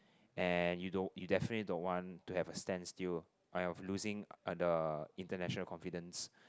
and you don't you definitely don't want to have a standstill of losing the international confidence